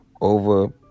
over